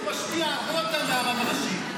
הוא משפיע הרבה יותר מהרב הראשי.